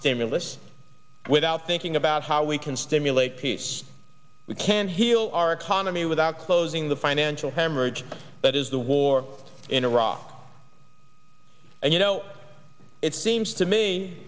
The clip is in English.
stimulus without thinking about how we can stimulate peace we can heal our economy without closing the financial hemorrhage that is the war in iraq and you know it seems to me